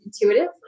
intuitive